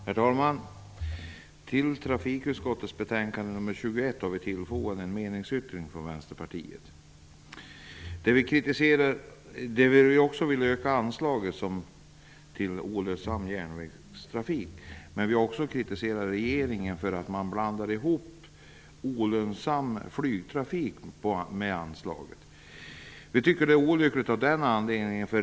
Herr talman! Till trafikutskottets betänkande nr 21 har Vänsterpartiet fogat en meningsyttring där vi vill öka anslaget till olönsam järnvägstrafik. Vi har också kritiserat regeringen för att den blandar in medel till olönsam flygtrafik under det här anslaget. Vi tycker att det är olyckligt.